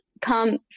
come